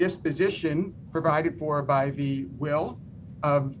disposition provided for by the will of